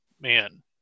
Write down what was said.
man